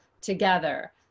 together